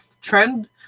trend